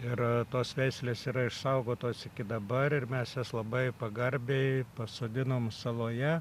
ir tos veislės yra išsaugotos iki dabar ir mes jas labai pagarbiai pasodinom saloje